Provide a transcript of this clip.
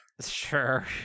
Sure